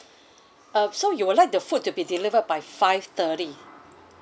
uh so you would like the food to be delivered by five thirty